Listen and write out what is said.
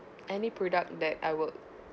any product that I would